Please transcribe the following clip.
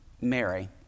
Mary